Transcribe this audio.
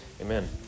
Amen